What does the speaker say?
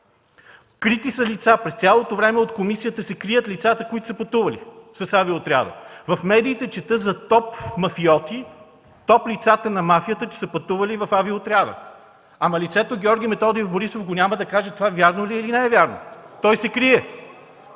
прави с това. През цялото време от комисията се крият лицата, които са пътували с авиоотряда. В медиите чета за топ мафиоти, топ лица на мафията, пътували с авиоотряда, ама лицето Бойко Методиев Борисов го няма, за да каже вярно ли е това, или не е вярно. Той се крие!